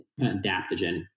adaptogen